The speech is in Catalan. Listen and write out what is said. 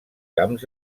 camps